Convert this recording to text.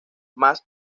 más